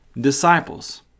disciples